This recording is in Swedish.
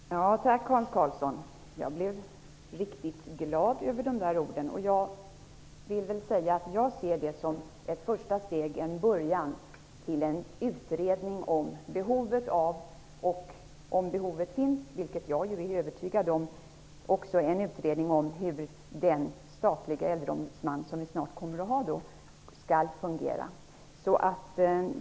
Herr talman! Tack, Hans Karlsson. Jag blev riktigt glad över de orden. Jag ser det som ett första steg, en början till en utredning om behovet - om det finns, vilket jag är övertygad om - av en stalig äldreombudsman och hur en sådan skall fungera.